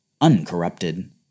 uncorrupted